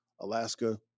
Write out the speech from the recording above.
Alaska